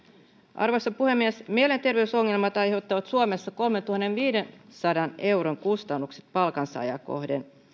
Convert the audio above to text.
arvoisa puhemies mielenterveysongelmat aiheuttavat suomessa kolmentuhannenviidensadan euron kustannukset palkansaajaa kohden